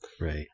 Right